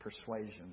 persuasion